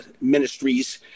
ministries